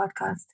podcast